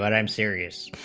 but i'm serious